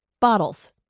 Bottles